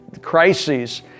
crises